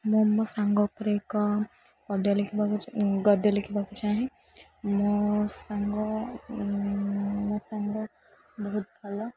ମୁଁ ମୋ ସାଙ୍ଗ ଉପରେ ଏକ ଗଦ୍ୟ ଲେଖିବାକୁ ଗଦ୍ୟ ଲେଖିବାକୁ ଚାହେଁ ମୋ ସାଙ୍ଗ ମୋ ସାଙ୍ଗ ବହୁତ ଭଲ